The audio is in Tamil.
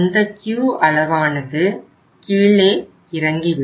அந்த Q அளவானது கீழே இறங்கி விடும்